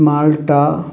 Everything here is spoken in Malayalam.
മാൾട്ട